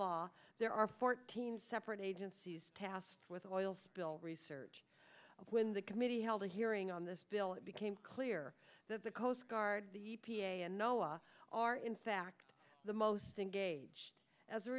law there are fourteen separate agencies tasked with the oil spill research and when the committee held a hearing on this bill it became clear that the coast guard the e p a and nola are in fact the most engage as a